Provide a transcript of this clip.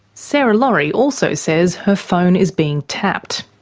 sarah laurie also says her phone is being tapped.